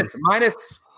Minus